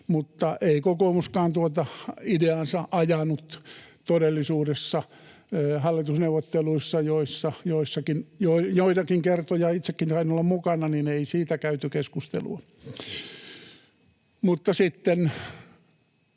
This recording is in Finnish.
mutta ei kokoomuskaan tuota ideaansa ajanut todellisuudessa hallitusneuvotteluissa, joissa joitakin kertoja itsekin sain olla mukana, ei siitä käyty keskustelua. Mutta sitten